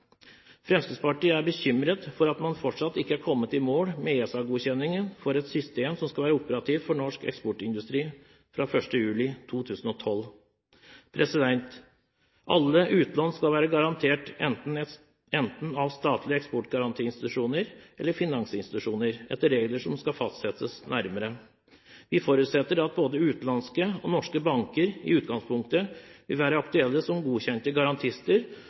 Fremskrittspartiet er bekymret for at man fortsatt ikke har kommet i mål med ESA-godkjenningen for et system som skal være operativt for norsk eksportindustri fra 1. juli 2012. Alle utlån skal være garanterte, enten av statlige eksportgarantiinstitusjoner eller finansinstitusjoner, etter regler som skal fastsettes nærmere. Vi forutsetter at både utenlandske og norske banker i utgangspunktet vil være aktuelle som godkjente garantister,